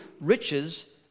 riches